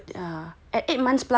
eight months plus